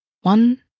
One